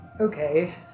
Okay